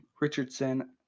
Richardson